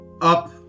up